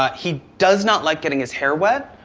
but he does not like getting his hair wet.